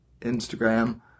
Instagram